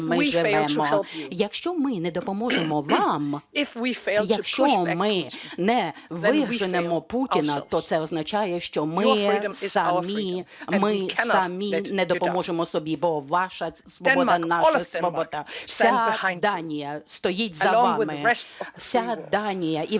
Якщо ми не допоможемо вам, якщо ми не виженемо Путіна, то це означає, що ми самі не допоможемо собі, бо ваша свобода – наша свобода. Вся Данія стоїть за вами. Вся Данія